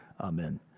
Amen